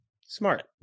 smart